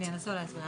אני אנסה להסביר.